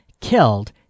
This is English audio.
killed